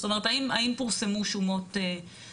זאת אומרת האם פורסמו שומות סופיות.